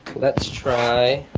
let's try